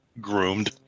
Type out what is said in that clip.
groomed